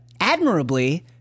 admirably—